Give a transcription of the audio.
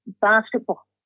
basketball